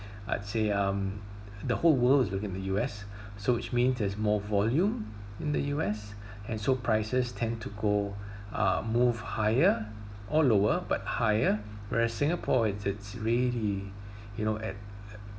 I'd say um the whole world is looking at the U_S so which means there is more volume in the U_S and so prices tend to go uh move higher or lower but higher whereas singapore it's it's really you know a~ it it